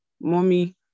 Mommy